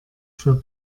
für